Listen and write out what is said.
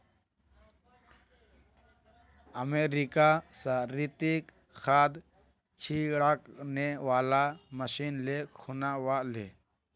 America स रितिक खाद छिड़कने वाला मशीन ले खूना व ले